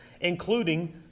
including